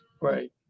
Right